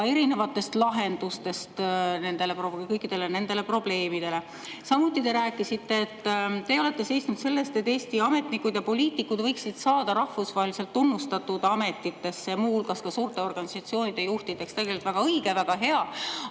erinevatest lahendustest kõikidele nendele probleemidele. Samuti te rääkisite, et teie olete seisnud selle eest, et Eesti ametnikud ja poliitikud võiksid saada rahvusvaheliselt tunnustatud ametitesse, muu hulgas suurte organisatsioonide juhtideks. Tegelikult väga õige, väga hea,